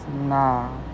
Nah